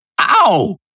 Ow